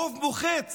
רוב מוחץ